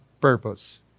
purpose